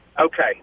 Okay